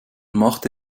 machte